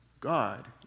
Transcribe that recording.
God